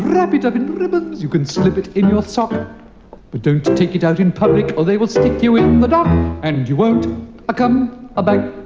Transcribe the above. wrap it up in ribbons, you can slip it in your sock. but just don't take it out in public or they will stick you in the dock and you won't ah come ah back.